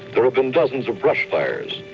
there have been dozens of brush fires.